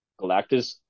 Galactus